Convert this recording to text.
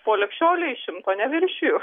po lig šiolei šimto neviršiju